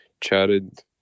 chatted